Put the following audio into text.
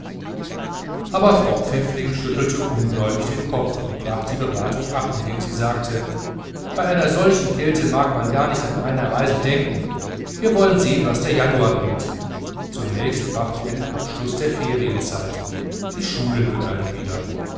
aber sie schüttelte dazu ungläubig den kopf und brach die beratung ab indem sie sagte bei solch einer kälte mag man gar nicht an eine reise denken wir wollen sehen was der januar bringt zunächst brachte er den abschluß der ferienzeit die schulen begannen wieder